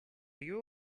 you